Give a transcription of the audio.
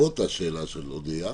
בעקבות השאלה של אודיה,